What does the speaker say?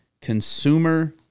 consumer